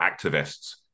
activists